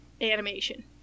animation